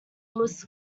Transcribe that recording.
louis